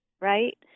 Right